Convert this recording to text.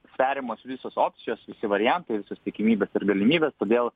sveriamos visos opcijos visi variantai visos tikimybės ir galimybės todėl